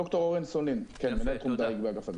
ד"ר אורן סולין, מנהל תחום דייג וענף הדייג.